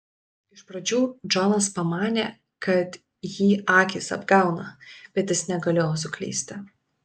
iš pradžių džonas pamanė kad jį akys apgauna bet jis negalėjo suklysti